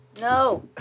No